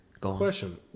Question